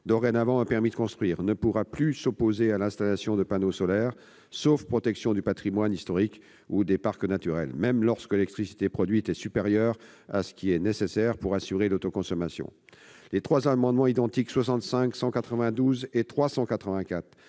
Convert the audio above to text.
Dorénavant, un permis de construire ne pourra plus s'opposer à l'installation de panneaux solaires, sauf protection du patrimoine historique ou des parcs naturels, même lorsque l'électricité produite est supérieure à ce qui est nécessaire pour assurer l'autoconsommation. L'adoption des trois amendements identiques n 65 rectifié,